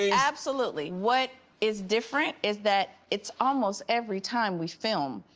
ah absolutely, what is different is that it's almost every time we film.